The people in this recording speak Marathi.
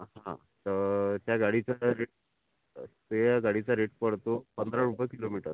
हो तर त्या गाडीचं जे रेट त्या गाडीचा रेट पडतो पंधरा रुपये किलोमीटर